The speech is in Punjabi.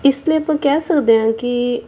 ਇਸ ਲਈ ਆਪਾਂ ਕਹਿ ਸਕਦੇ ਹਾਂ ਕਿ